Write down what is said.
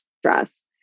stress